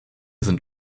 sind